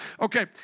Okay